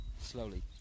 Slowly